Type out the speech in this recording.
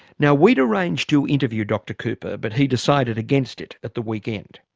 now, we'd arranged to interview dr cooper, but he decided against it at the weekend.